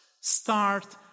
start